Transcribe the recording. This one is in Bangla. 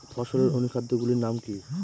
ফসলের অনুখাদ্য গুলির নাম কি?